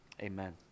amen